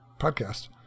podcast